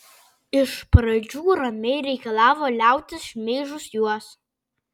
iš pradžių ramiai reikalavo liautis šmeižus juos